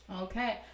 Okay